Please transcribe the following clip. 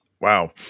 wow